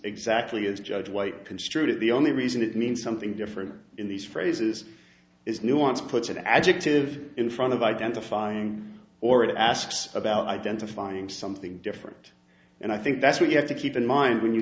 exactly as judge white construed it the only reason it means something different in these phrases is nuance puts an adjective in front of identifying or it asks about identifying something different and i think that's what you have to keep in mind when you